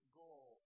goal